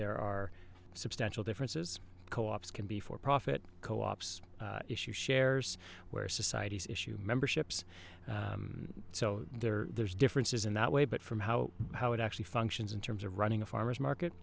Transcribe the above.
there are substantial differences co ops can be for profit co ops issue shares where societies issue memberships so there there's differences in that way but from how how it actually functions in terms of running a farmer's market